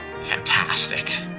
Fantastic